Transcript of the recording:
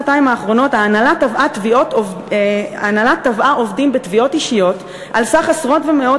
ההנהלה תבעה עובדים תביעות אישיות על סך עשרות ומאות